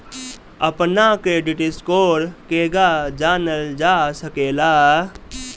अपना credit score केगा जानल जा सकेला?